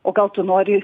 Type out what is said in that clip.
o gal tu nori